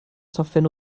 software